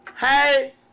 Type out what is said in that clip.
Hey